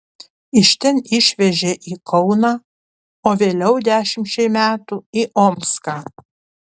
iš ten išvežė į kauną o vėliau dešimčiai metų į omską